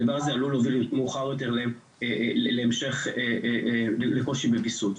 הדבר הזה עלול להוביל בשלב מאוחר יותר להמשך קושי בוויסות.